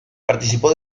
participó